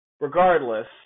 Regardless